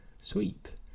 sweet